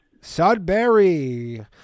Sudbury